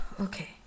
Okay